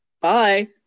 Bye